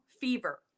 fever